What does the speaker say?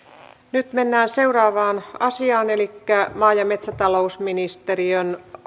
nyt mennään seuraavaan asiaan elikkä maa ja metsätalousministeriön